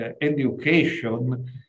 education